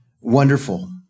wonderful